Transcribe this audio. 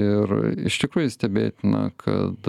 ir iš tikrųjų stebėtina kad